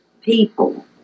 people